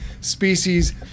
species